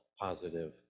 positive